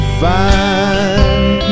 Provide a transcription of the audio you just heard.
fine